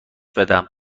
بدم